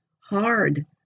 hard